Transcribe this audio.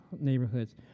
neighborhoods